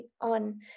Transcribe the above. on